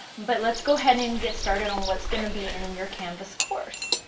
but let's go ahead and get started on what's going to be in your canvas course.